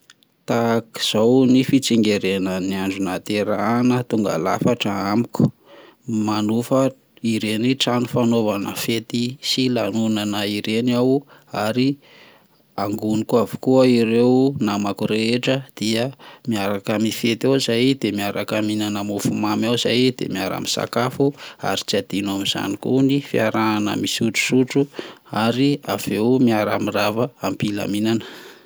Tahak'izao ny fitsigerenan'ny andro nahaterahana tonga lafatra amiko manofa ireny trano fanaova fety sy lanona ireny aho, ary hangonoko avokoa ireo namako rehetra dia miaraka mifety ao izahay de miaraka mihinana mofomamy ao izahay, dia miaraka misakafo ary tsy adino amizany ko ny fiarahana misotrosotro ary aveo miara mirava am-pilaminana.